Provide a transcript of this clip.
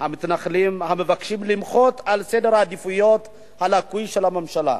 המתנחלים ומבקשים למחות על סדר העדיפויות הלקוי של הממשלה.